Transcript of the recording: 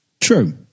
True